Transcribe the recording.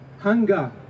hunger